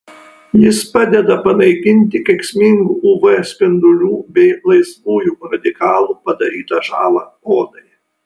jis padeda panaikinti kenksmingų uv spindulių bei laisvųjų radikalų padarytą žalą odai